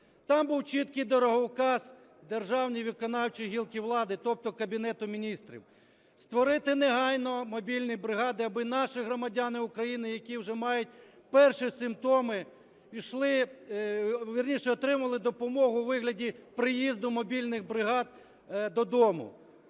Там був чіткій дороговказ державній виконавчій гілці влади, тобто Кабінету Міністрів, створити негайно мобільні бригади, аби наші громадяни України, які вже мають перші симптоми, отримували допомогу у вигляді приїзду мобільних бригад додому,